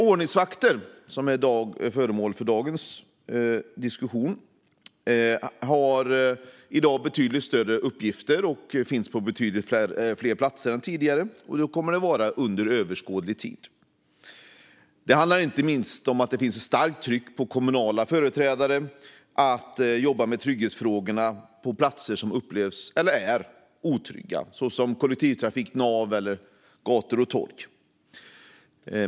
Ordningsvakter, som är föremål för dagens diskussion, har i dag betydligt större uppgifter och finns på betydligt fler platser än tidigare, och så kommer det att vara under överskådlig tid. Det handlar inte minst om att det finns ett starkt tryck på kommunala företrädare att jobba med trygghetsfrågorna på platser som upplevs, eller är, otrygga, till exempel kollektivtrafiknav eller gator och torg.